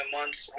months